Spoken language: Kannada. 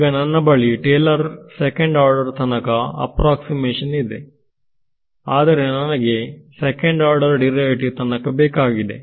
ಈಗ ನನ್ನ ಬಳಿ ಟೇಲರ್ ಸೆಕೆಂಡ್ ಆರ್ಡರ್ ತನಕ ಅಪ್ರಾಕ್ಸೈಮೇಶನ್ ಇದೆ ಆದರೆ ನನಗೆ ಸೆಕೆಂಡ್ ಆರ್ಡರ್ ಡಿರೈವೇಟಿವ್ ತನಕ ಬೇಕಾಗಿದೆ